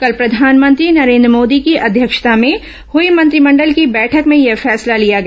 कल प्रधानमंत्री नरेन्द्र मोदी की अध्यक्षता में हई मंत्रिमंडल की बैठक में यह फैसला लिया गया